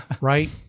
right